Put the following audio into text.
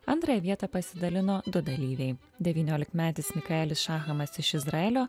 antrąją vietą pasidalino du dalyviai devyniolikmetis michaelis šachamas iš izraelio